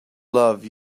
love